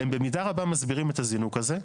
הם במידה רבה מסבירים את הזינוק הזה.